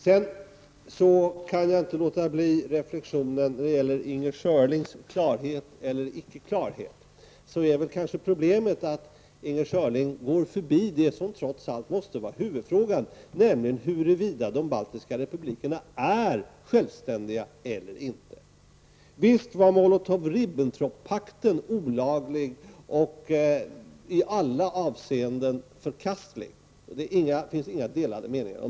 Jag kan inte låta bli att göra en reflexion angående Inger Schörlings klarhet eller icke klarhet. Problemet är kanske att Inger Schörling går förbi det som trots allt måste vara huvudfrågan, nämligen huruvida de baltiska republikerna är självständiga eller inte. Visst var Molotov-Ribbentrop-pakten olaglig och i alla avseenden förkastlig. Om detta finns det inte några delade meningar.